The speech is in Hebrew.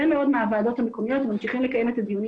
מאוד מהוועדות המקומיות ממשיכים לקיים את הדיונים